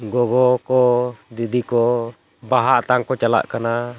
ᱜᱚᱜᱚ ᱠᱚ ᱫᱤᱫᱤ ᱠᱚ ᱵᱟᱦᱟ ᱟᱛᱟᱝ ᱠᱚ ᱪᱟᱞᱟᱜ ᱠᱟᱱᱟ